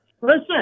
listen